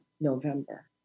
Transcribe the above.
November